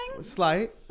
Slight